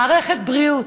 מערכת בריאות,